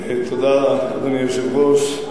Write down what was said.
אדוני היושב-ראש,